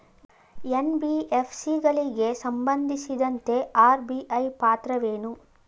NBFC ಗಳಿಗೆ ಸಂಬಂಧಿಸಿದಂತೆ RBI ಪಾತ್ರವೇನು?